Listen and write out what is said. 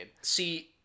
See